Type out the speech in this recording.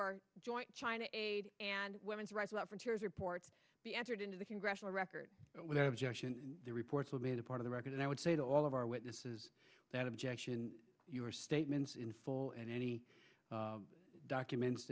are joint china aid and women's rights about frontiers reports be entered into the congressional record with the objection the reports will be the part of the record and i would say to all of our witnesses that objection your statements in full and any documents